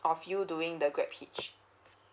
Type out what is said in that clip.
of you doing the grab hitch